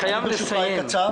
בקצרה.